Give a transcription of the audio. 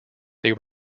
they